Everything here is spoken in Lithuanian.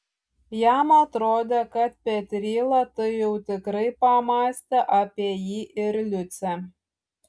jam atrodė kad petryla tai jau tikrai pamąstė apie jį ir liucę